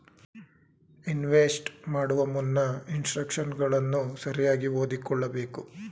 invest ಮಾಡುವ ಮುನ್ನ ಇನ್ಸ್ಟ್ರಕ್ಷನ್ಗಳನ್ನು ಸರಿಯಾಗಿ ಓದಿಕೊಳ್ಳಬೇಕು